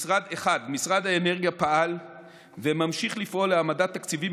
משרד האנרגיה פעל וממשיך לפעול להעמדת תקציבים